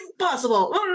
impossible